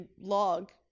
log